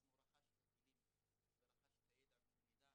ברלב"ד יש לנו שתי קבוצות מרכזיות להתערבות בחברה הערבית בנגב,